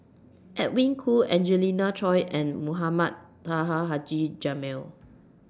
Edwin Koo Angelina Choy and Mohamed Taha Haji Jamil